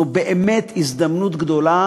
זו באמת הזדמנות גדולה,